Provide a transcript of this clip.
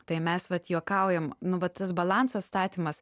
tai mes vat juokaujam nu va tas balanso atstatymas